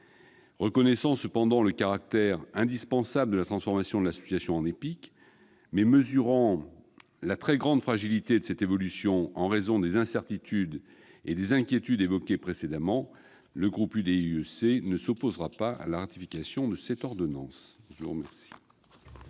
Reconnaissant le caractère indispensable de la transformation de l'association en EPIC, mais mesurant la très grande fragilité de cette évolution en raison des incertitudes et des inquiétudes évoquées précédemment, le groupe de l'UDI-UC ne s'opposera pas à la ratification de cette ordonnance. La parole